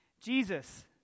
Jesus